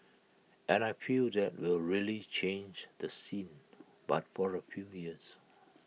and I feel that will really change the scene but for A few years